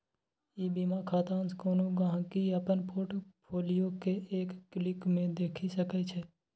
ई बीमा खातासँ कोनो गांहिकी अपन पोर्ट फोलियो केँ एक क्लिक मे देखि सकै छै